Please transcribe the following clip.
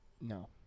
No